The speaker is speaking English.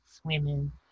swimming